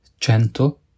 cento